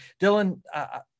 Dylan